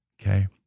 Okay